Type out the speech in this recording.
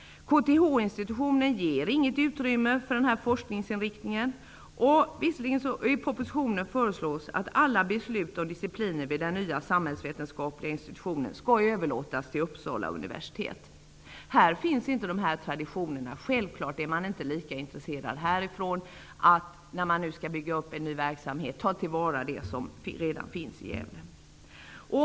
KTH institutionen ger inget utrymme för denna forskningsinriktning. Visserligen föreslås i propositionen att alla beslut om discipliner vid den nya samhällsvetenskapliga institutionen skall överlåtas till Uppsala universitet. Där finns emellertid inte dessa traditioner. Självfallet är man där inte lika intresserad av att bygga upp en ny verksamhet och ta tillvara det som redan finns i Gävle.